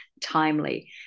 timely